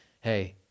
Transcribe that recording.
hey